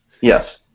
Yes